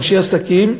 אנשי עסקים,